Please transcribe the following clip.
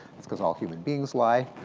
that's cause all human beings lie.